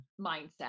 mindset